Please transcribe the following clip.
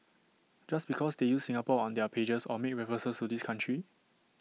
just because they use Singapore on their pages or make references to this country